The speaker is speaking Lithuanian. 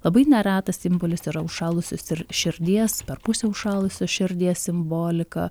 labai neretas simbolis yra užšalusios ir širdies per pusę užšalusios širdies simbolika